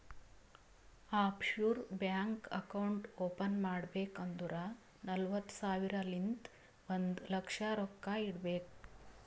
of sure bank account open ಮಾಡ್ಬೇಕ್ ಅಂದುರ್ ನಲ್ವತ್ತ್ ಸಾವಿರಲಿಂತ್ ಒಂದ್ ಲಕ್ಷ ರೊಕ್ಕಾ ಇಡಬೇಕ್